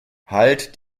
halt